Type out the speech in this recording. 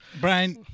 Brian